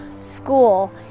school